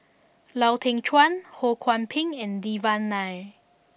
Lau Teng Chuan Ho Kwon Ping and Devan Nair